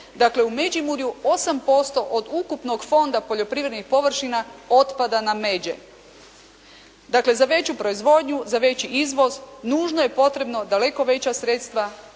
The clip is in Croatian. Dakle u Međimurju 8% od ukupnog Fonda poljoprivrednih površina otpada na međe. Dakle za veću proizvodnju, za veći izvoz nužno je potrebno daleko veća sredstva,